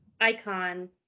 Icon